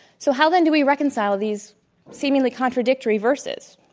so how then do we reconcile these seemingly contradictory verses?